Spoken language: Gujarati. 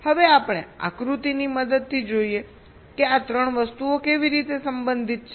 હવે આપણે આકૃતિની મદદથી જોઈએ કે આ 3 વસ્તુઓ કેવી રીતે સંબંધિત છે